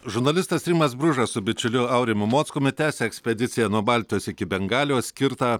žurnalistas rimas bružas su bičiuliu aurimu mockumi tęsia ekspediciją nuo baltijos iki bengalijos skirtą